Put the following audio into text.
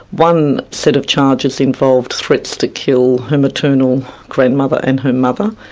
one set of charges involved threats to kill her maternal grandmother, and her mother,